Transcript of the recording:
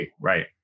Right